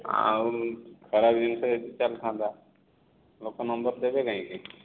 ଆଉ ଖରାପ ଜିନିଷ ଯଦି ଚାଲିଥାନ୍ତା ଲୋକ ନମ୍ବର ଦେବେ କାହିଁକି